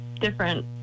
different